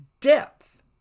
depth